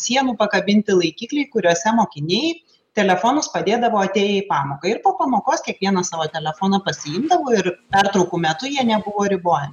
sienų pakabinti laikikliai kuriuose mokiniai telefonus padėdavo atėję į pamoką ir po pamokos kiekvienas savo telefoną pasiimdavo ir pertraukų metu jie nebuvo riboja